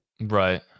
right